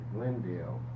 Glendale